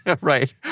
Right